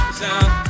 sound